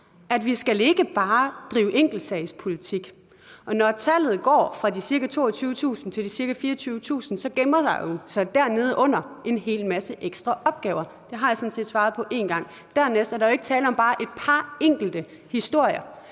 at vi ikke bare skal drive enkeltsagspolitik, og selv om tallet går fra de ca. 22.000 kr. til de ca. 24.000 kr., gemmer der sig jo nedenunder en hel masse ekstra opgaver. Det har jeg sådan set svaret på én gang. Dernæst er der jo ikke tale om bare et par enkelte historier,